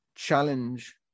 challenge